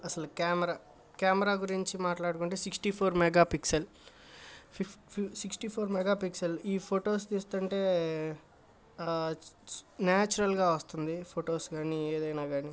అసల camera camera గురించి మాట్లాడుకుంటే sixty four megapixel sixty four megapixel ఈ ఫొటోస్ తీస్తుంటే నాచురల్గా వస్తుంది ఫొటోస్ కాని ఏదైనా కాని